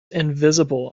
invisible